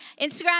Instagram